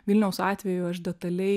vilniaus atveju aš detaliai